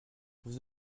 vous